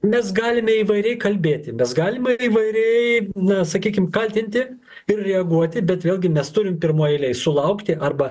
mes galime įvairiai kalbėti mes galima įvairiai na sakykim kaltinti ir reaguoti bet vėlgi mes turim pirmoj eilėj sulaukti arba